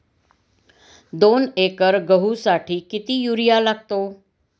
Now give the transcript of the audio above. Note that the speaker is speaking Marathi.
दोन एकर गहूसाठी किती युरिया लागतो?